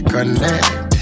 Connect